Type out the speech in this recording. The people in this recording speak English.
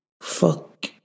Fuck